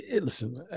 listen